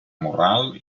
morral